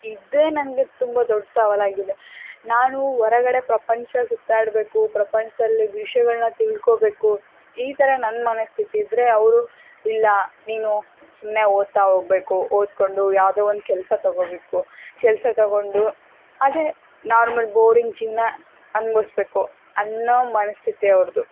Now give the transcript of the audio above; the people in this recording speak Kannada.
ಇದೇ ನನಗೆ ತುಂಬ ದೊಡ್ಡ ಸವಾಲು ಆಗಿದೆ ನಾನು ಹೊರಗಡೆ ಪ್ರಪಂಚ ಸುತ್ತಾಡಬೇಕು ಪ್ರಪಂಚದಲ್ಲಿ ವಿಷಯಗಳನ್ನ ತಿಳ್ಕೊಬೇಕು ಈ ಥರ ನನ್ನ ಮನಸ್ಥಿತಿ ಇದ್ದರೆ ಅವರು ಇಲ್ಲ ನೀನು ಸುಮ್ಮನೆ ಓದ್ತಾ ಹೋಗ್ಬೇಕು ಓದಿಕೊಂಡು ಯಾವುದೋ ಒಂದು ಕೆಲಸ ತೊಗೋಬೇಕು ಕೆಲಸ ತೊಗೊಂಡು ಅದೇ ನಾರ್ಮಲ್ ಬೋರಿಂಗ್ ಜೀವನ ಅನ್ಬವ್ಸ್ಬೇಕು ಅಂತ ಅನ್ನೋ ಮನಸ್ಥಿತಿ ಅವ್ರದು